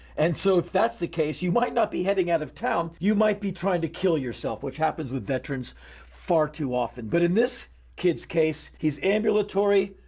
and so, if that's the case, you might not be heading out of town. you might be trying to kill yourself, which happens with veterans far too often, but in this kid's case, he's ambulatory,